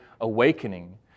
Awakening